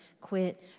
quit